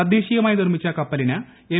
തദ്ദേശീയമായി നിർമ്മിച്ച കപ്പലിന് എം